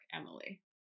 Emily